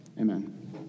Amen